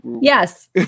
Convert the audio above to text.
yes